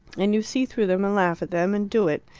and you see through them and laugh at them and do it.